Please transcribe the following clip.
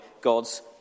God's